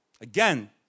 Again